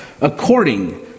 according